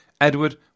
Edward